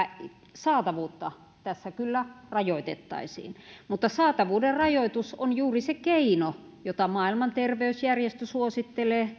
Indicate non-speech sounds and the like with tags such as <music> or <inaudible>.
saatavuutta tässä kyllä rajoitettaisiin mutta saatavuuden rajoitus on juuri se keino jota maailman terveysjärjestö suosittelee <unintelligible>